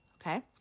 okay